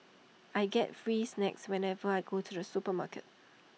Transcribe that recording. I get free snacks whenever I go to the supermarket